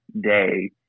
day